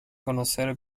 conocer